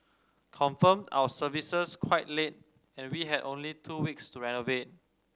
confirmed our services quite late and we had only two weeks to renovate